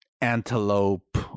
antelope